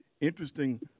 Interesting